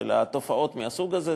של תופעות מהסוג הזה.